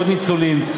עוד ניצולים,